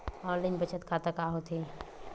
Online बचत खाता का होथे?